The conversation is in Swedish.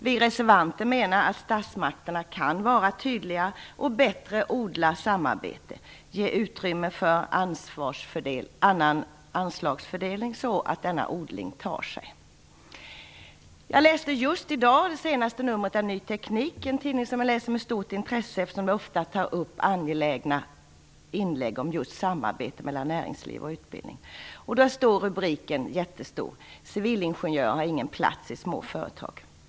Vi reservanter menar att statsmakterna kan vara tydligare och bättre odla samarbete, ge utrymme för annan anslagsfördelning så att denna odling tar sig. Jag läste just i dag det senaste numret av Ny Teknik, en tidning som jag läser med stort intresse, eftersom den ofta tar upp angelägna inlägg om just samarbete mellan näringsliv och utbildning. Där fanns en jättestor rubrik: Civilingenjörer har ingen plats i små företag.